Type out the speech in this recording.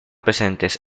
presentes